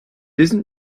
isn’t